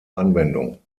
anwendung